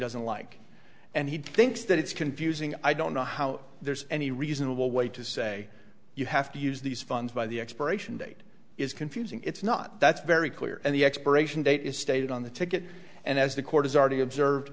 doesn't like and he thinks that it's confusing i don't know how there's any reasonable way to say you have to use these funds by the expiration date is confusing it's not that's very clear and the expiration date is stated on the ticket and as the court is already observed